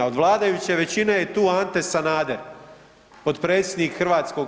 Od vladajuće većine je tu Ante Sanader, potpredsjednik HS.